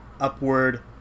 upward